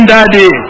Daddy